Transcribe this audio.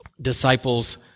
disciples